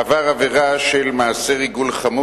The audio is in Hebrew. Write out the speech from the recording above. מאפשר את שלילת אזרחות של אדם שעבר עבירה של מעשה ריגול חמור,